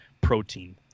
protein